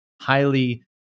highly